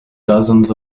dozens